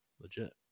Legit